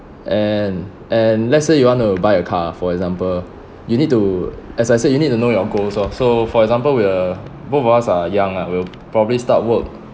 and and let's say you want to buy a car for example you need to as I said you need to know your goals lor so for example we are both of us are young ah we'll probably start work